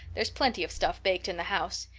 there's plenty of stuff baked in the house.